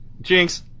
Jinx